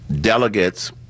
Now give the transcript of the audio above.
delegates